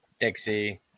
Dixie